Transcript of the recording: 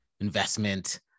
investment